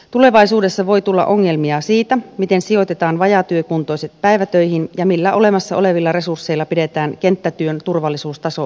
tulevaisuudessa voi tulla ongelmia siitä miten sijoitetaan vajaatyökuntoiset päivätöihin ja millä olemassa olevilla resursseilla pidetään kenttätyön turvallisuustaso riittävänä